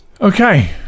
okay